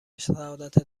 سعادتت